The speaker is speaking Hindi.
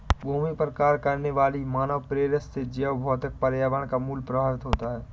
भूमि पर कार्य करने वाली मानवप्रेरित से जैवभौतिक पर्यावरण का मूल्य प्रभावित होता है